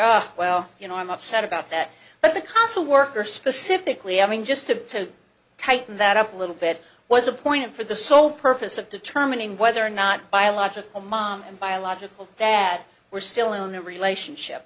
ah well you know i'm upset about that but the consul worker specifically i mean just to tighten that up a little bit was a point for the sole purpose of determining whether or not biological mom and biological dad were still in the relationship